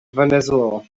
venezuela